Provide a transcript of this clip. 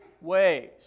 ways